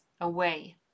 away